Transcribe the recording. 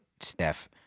Steph